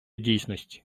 дійсності